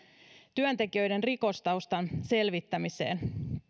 työntekijöiden rikostaustan selvittämiseen